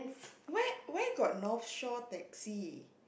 where where got North Shore taxi